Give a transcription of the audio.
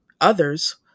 others